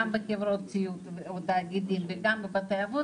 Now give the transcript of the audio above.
בחברות סיעוד או תאגידים וגם בבתי אבות,